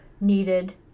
needed